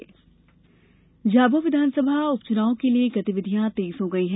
झाबुआ उपचुनाव झाबुआ विधानसभा उपचुनाव के लिए गतिविधियां तेज हो गयी हैं